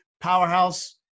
powerhouse